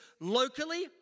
locally